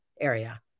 area